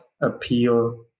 appeal